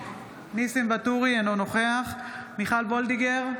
אינו נוכח מיכל מרים וולדיגר,